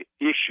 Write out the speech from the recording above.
issue